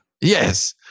yes